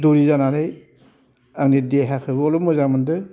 दौरि जानानै आंनि देहाखौ बोल' मोजां मोनदो